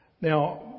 Now